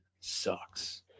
sucks